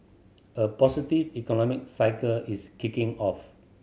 a positive economic cycle is kicking off